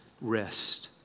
rest